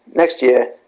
next year,